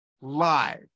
live